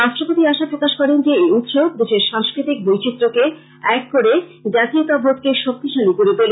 রাষ্ট্রপতি আশা প্রকাশ করেন যে এই উৎসব দেশের সাংস্কৃতিক বৈচিত্রকে এক করে জাতীয়তাবোধকে শক্তিশালী করে তোলে